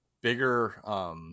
bigger –